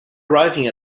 arriving